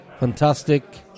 fantastic